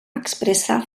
expressa